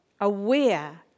aware